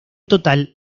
total